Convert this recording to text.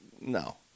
no